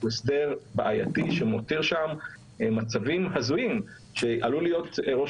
הוא הסדר בעייתי שמותיר שם מצבים הזויים לפיהם עלול להיות ראש